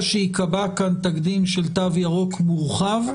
שייקבע כאן תקדים של תו ירוק מורחב,